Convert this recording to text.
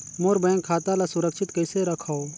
मोर bank खाता ला सुरक्षित कइसे रखव?